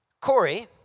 Corey